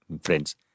friends